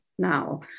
Now